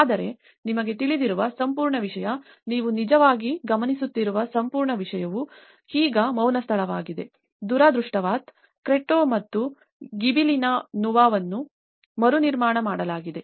ಆದರೆ ನಿಮಗೆ ತಿಳಿದಿರುವ ಸಂಪೂರ್ಣ ವಿಷಯ ನೀವು ನಿಜವಾಗಿ ಗಮನಿಸುತ್ತಿರುವ ಸಂಪೂರ್ಣ ವಿಷಯವು ಈಗ ಮೌನ ಸ್ಥಳವಾಗಿದೆ ದುರದೃಷ್ಟವಶಾತ್ ಕ್ರೆಟ್ಟೊ ಮತ್ತು ಗಿಬೆಲಿನಾ ನುವಾವನ್ನು ಮರುನಿರ್ಮಾಣ ಮಾಡಲಾಗಿದೆ